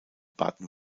baden